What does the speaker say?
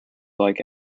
like